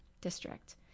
District